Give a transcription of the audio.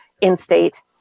in-state